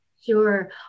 Sure